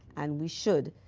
and we should.